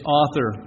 author